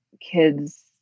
kids